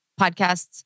podcasts